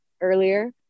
earlier